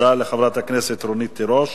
תודה לחברת הכנסת רונית תירוש.